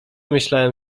myślałem